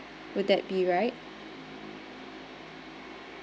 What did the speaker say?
would that be right